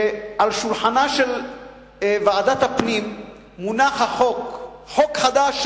שעל שולחנה של ועדת הפנים מונח חוק חדש,